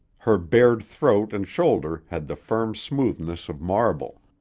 her bared throat and shoulder had the firm smoothness of marble,